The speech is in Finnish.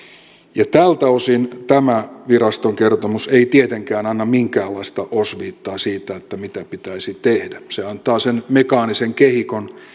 tältä osin tämä viraston kertomus ei tietenkään anna minkäänlaista osviittaa siitä mitä pitäisi tehdä se antaa sen mekaanisen kehikon